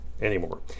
anymore